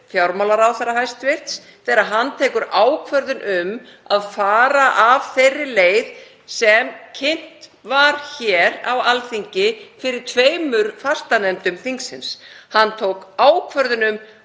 fjármálaráðherra þegar hann tekur ákvörðun um að fara af þeirri leið sem kynnt var hér á Alþingi fyrir tveimur fastanefndum þingsins. Hann tók ákvörðun um